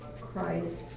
Christ